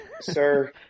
sir